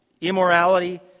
immorality